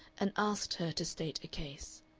and asked her to state a case.